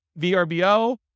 VRBO